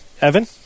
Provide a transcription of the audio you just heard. Evan